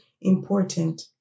important